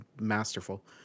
masterful